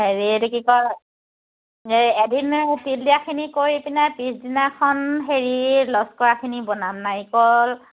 হেৰি এইটো কি কয় এই এদিন তিল দিয়াখিনি কৰি পিনাই পিছদিনাখন হেৰি লস্কৰাখিনি বনাম নাৰিকল